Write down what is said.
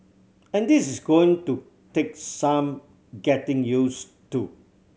and this is going to take some getting use to